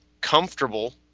comfortable